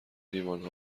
لیوان